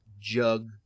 jug